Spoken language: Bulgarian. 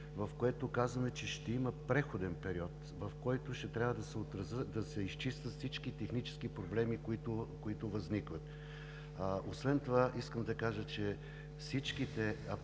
в което казвам, че ще има преходен период, в който ще трябва да се изчистят всички технически проблеми, които възникват. Освен това искам да кажа, че всичките аптеки